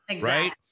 right